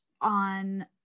on